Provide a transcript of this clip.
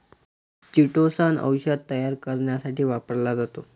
chitosan औषध तयार करण्यासाठी वापरला जातो